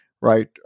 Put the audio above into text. right